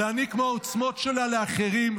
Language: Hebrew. להעניק מהעוצמות שלה לאחרים,